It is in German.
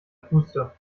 puste